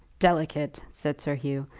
delicate! said sir hugh.